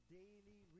daily